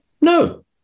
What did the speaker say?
No